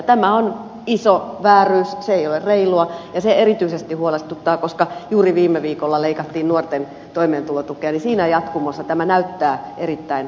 tämä on iso vääryys se ei ole reilua ja se erityisesti huolestuttaa koska juuri viime viikolla leikattiin nuorten toimeentulotukea ja siinä jatkumossa tämä näyttää erittäin pahalta